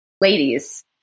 ladies